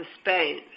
Spain